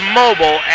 mobile